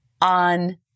on